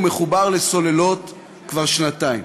הוא מחובר לסוללות כבר שנתיים.